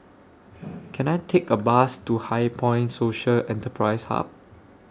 Can I Take A Bus to HighPoint Social Enterprise Hub